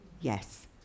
Yes